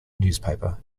newspaper